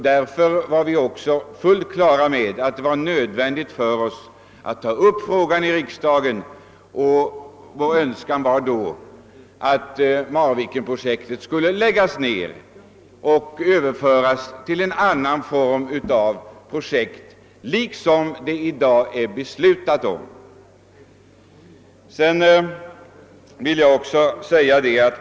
Därför var vi helt på det klara med att det var nödvändigt att ta upp frågan i riksdagen. Vår önskan var då att Marvikenprojektet skulle läggas ned och att ett annat projekt, liknande det som vi i dag skall fatta beslut om, skulle startas.